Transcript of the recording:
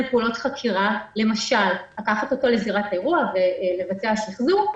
פעולות חקירה כמו לקחת אותו לזירת האירוע לביצוע שחזור,